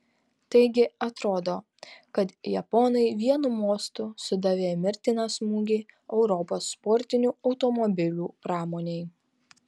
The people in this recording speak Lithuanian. taigi atrodo kad japonai vienu mostu sudavė mirtiną smūgį europos sportinių automobilių pramonei